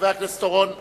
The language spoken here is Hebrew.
חבר הכנסת אורון,